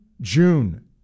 June